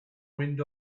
wind